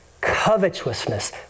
covetousness